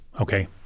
Okay